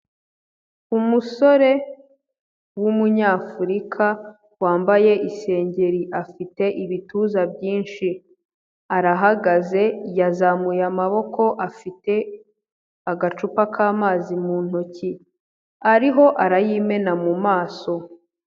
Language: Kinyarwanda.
Umusore w'umunyafurika, wambaye isengeri afite ibituza byinshi. Arahagaze, yazamuye amaboko, afite agacupa k'amazi mu ntoki, ariho arayimena mu maso.